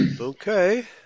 Okay